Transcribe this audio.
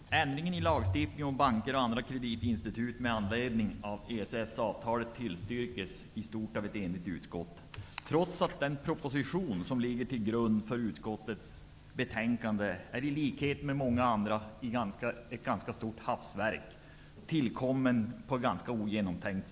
Herr talman! Ändringen i lagstiftningen om banker och andra kreditinstitut med anledning av EES avtalet tillstyrks i stort av ett enigt utskott, trots att den proposition som ligger till grund för utskottets betänkande i likhet med många andra är ett ganska stort hastverk, tillkommen ganska ogenomtänkt.